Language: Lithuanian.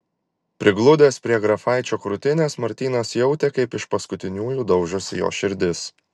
prigludęs prie grafaičio krūtinės martynas jautė kaip iš paskutiniųjų daužosi jo širdis